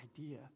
idea